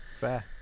fair